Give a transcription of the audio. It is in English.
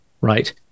right